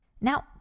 Now